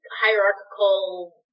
hierarchical